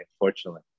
unfortunately